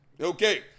okay